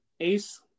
Ace